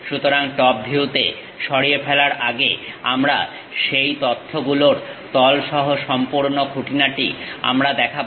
সুতরাং টপ ভিউতে সরিয়ে ফেলার আগে আমরা সেই তথ্যগুলোর তল সহ সম্পূর্ণ খুঁটিনাটি আমরা দেখাবো